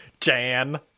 Jan